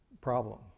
problem